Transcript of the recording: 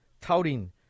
touting